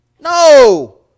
No